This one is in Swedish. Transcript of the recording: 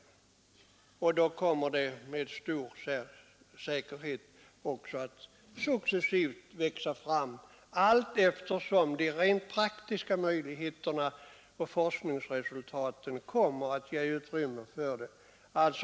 En cellbank kommer alltså med stor säkerhet att successivt växa fram, allteftersom de rent praktiska möjligheterna och forskningsresultaten ger utrymme för det.